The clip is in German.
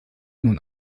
nun